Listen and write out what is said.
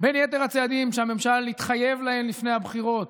בין יתר הצעדים שהממשל התחייב להם לפני הבחירות,